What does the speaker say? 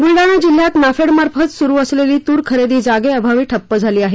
ब्लडाणा जिल्हयात नाफेडमार्फत सुरू असलेली तूर खरेदी जागे अभावी ठप्प झाली आहे